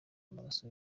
amaraso